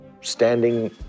standing